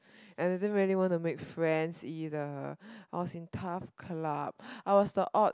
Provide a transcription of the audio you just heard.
and I didn't really want to make friends either I was tough club I was the odd